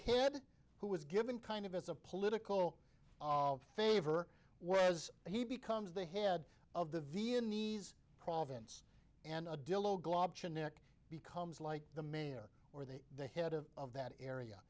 head who was given kind of as a political favor whereas he becomes the head of the vienna knees province and a dildo glob generic becomes like the mayor or the the head of of that area